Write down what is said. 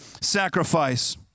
sacrifice